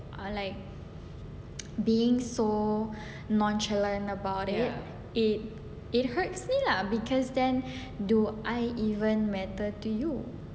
uh like being so nonchalant about it it it hurts me lah because then do I even matter to you